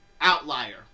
outlier